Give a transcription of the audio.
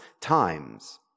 times